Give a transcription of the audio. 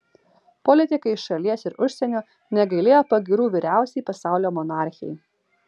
politikai iš šalies ir užsienio negailėjo pagyrų vyriausiai pasaulio monarchei